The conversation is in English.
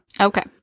Okay